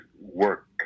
work